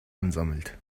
ansammelt